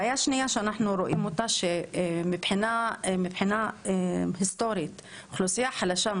בעיה שנייה שאנחנו רואים היא שמבחינה היסטורית אוכלוסייה חלשה,